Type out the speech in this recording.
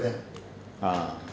ah